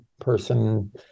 person